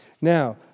Now